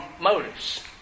motives